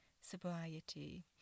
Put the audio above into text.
sobriety